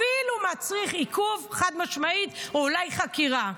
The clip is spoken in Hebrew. אפילו מצריך עיכוב, חד-משמעית, או אולי חקירה.